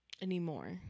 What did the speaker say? anymore